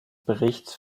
berichts